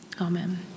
Amen